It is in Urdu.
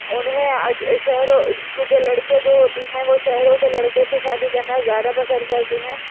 انہیں آج شہروں کیونکہ لڑکیاں جو ہوتی ہیں وہ شہروں کے لڑکوں سے شادی کرنا زیادہ پسند کرتی ہیں